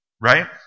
right